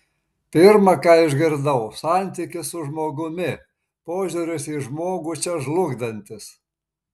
pirma ką išgirdau santykis su žmogumi požiūris į žmogų čia žlugdantis